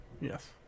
Yes